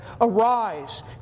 Arise